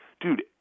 dude